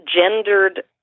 gendered